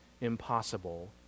impossible